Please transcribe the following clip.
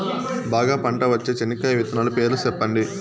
బాగా పంట వచ్చే చెనక్కాయ విత్తనాలు పేర్లు సెప్పండి?